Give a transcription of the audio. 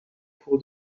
pour